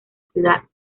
ciudad